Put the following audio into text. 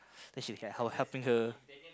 then she like how helping her